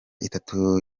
itatu